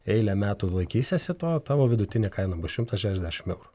eilę metų laikysiesi to tavo vidutinė kaina bus šimtas šešiasdešimt eurų